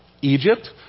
Egypt